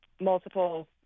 multiple